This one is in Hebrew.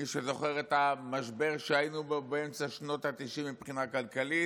מי שזוכר את המשבר שהיינו בו באמצע שנות התשעים מבחינה כלכלית,